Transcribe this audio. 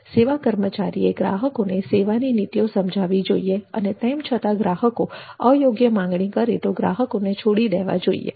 સેવા કર્મચારીએ ગ્રાહકોને સેવાની નીતિઓ સમજાવી જોઈએ અને તેમ છતાં ગ્રાહકો અયોગ્ય માંગણી કરે તો ગ્રાહકોને છોડી દેવા જોઈએ